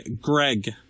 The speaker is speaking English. Greg